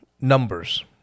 numbers